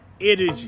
energy